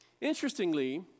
Interestingly